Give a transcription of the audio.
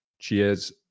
Cheers